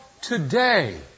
today